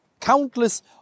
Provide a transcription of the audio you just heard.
countless